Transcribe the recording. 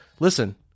Listen